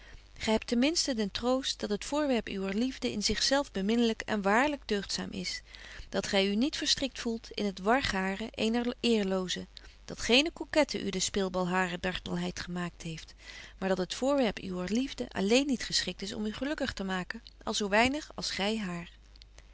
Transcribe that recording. gy hebt ten minsten den troost dat het voorwerp uwer liefde in zich zelf beminlyk en waarbetje wolff en aagje deken historie van mejuffrouw sara burgerhart lyk deugdzaam is dat gy u niet verstrikt voelt in het wargaren eener eerloze dat geene coquette u den speelbal harer dartelheid gemaakt heeft maar dat het voorwerp uwer liefde alleen niet geschikt is om u gelukkig te maken al zo weinig als gy haar